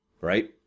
right